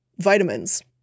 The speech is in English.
vitamins